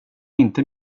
inte